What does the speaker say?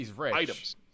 items